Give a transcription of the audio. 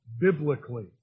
biblically